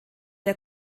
der